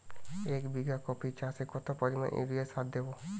এক বিঘা কপি চাষে কত পরিমাণ ইউরিয়া সার দেবো?